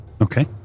Okay